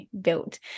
built